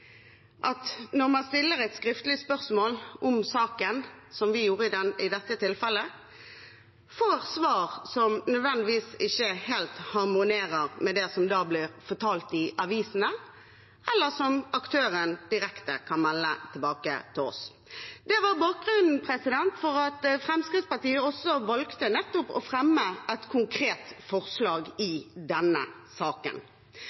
at når man stiller et skriftlig spørsmål om saken, som vi gjorde i dette tilfellet, får man svar som ikke nødvendigvis helt harmonerer med det som blir fortalt i avisene, eller som aktøren direkte kan melde tilbake til oss. Det var bakgrunnen for at Fremskrittspartiet da også valgte nettopp å fremme et konkret forslag i denne saken.